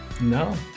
No